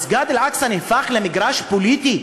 מסגד אל-אקצא נהפך למגרש פוליטי,